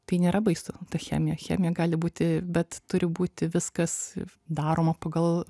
tai nėra baisu ta chemija chemija gali būti bet turi būti viskas daroma pagal